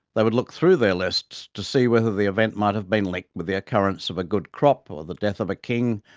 they would look through their lists to see whether the event might have been linked with the occurrence of a good crop, ah the death of a king,